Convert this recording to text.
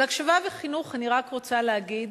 על הקשבה וחינוך אני רק רוצה להגיד